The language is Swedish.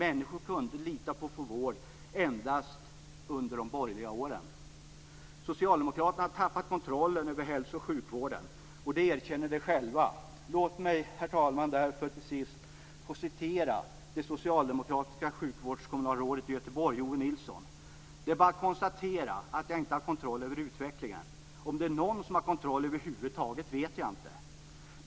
Endast under de borgerliga åren kunde människor lita på att få vård. Socialdemokraterna har tappat kontrollen över hälso och sjukvården. Det erkänner de själva. Låt mig, herr talman, till sist få citera det socialdemokratiska sjukvårdskommunalrådet i Göteborg, Owe Nilsson: "Det är bara att konstatera att jag inte har kontroll över utvecklingen.